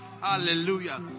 Hallelujah